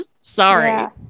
Sorry